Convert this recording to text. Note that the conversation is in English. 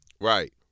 Right